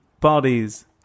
bodies